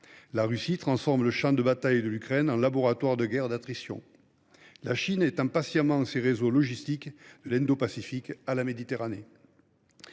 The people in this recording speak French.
La Russie transforme le champ de bataille de l’Ukraine en laboratoire d’une guerre d’attrition. La Chine étend patiemment ses réseaux logistiques, de l’Indo Pacifique à la Méditerranée.